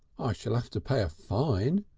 ah shall ave to pay a fine,